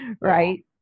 Right